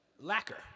lacquer